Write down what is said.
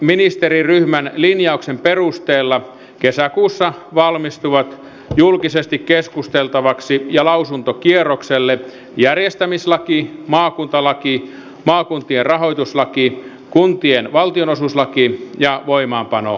reformiministeriryhmän linjauksen perusteella kesäkuussa valmistuvat julkisesti keskusteltavaksi ja lausuntokierrokselle järjestämislaki maakuntalaki maakuntien rahoituslaki kuntien valtionosuuslaki ja voimaanpanolaki